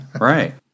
right